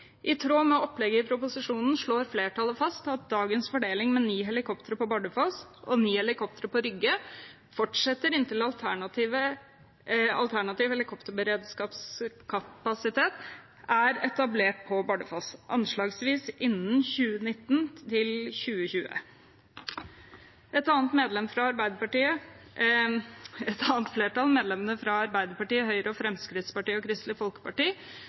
«I tråd med opplegget i proposisjonen slår flertallet fast at dagens fordeling med ni helikoptre på Bardufoss og ni helikoptre på Rygge fortsetter inntil alternativ helikopterkapasitet er etablert på Bardufoss, anslagsvis innen 2019–2020.» Et annet flertall, medlemmene fra Arbeiderpartiet, Høyre, Fremskrittspartiet og Kristelig Folkeparti,